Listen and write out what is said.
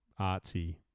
artsy